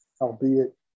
albeit